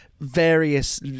various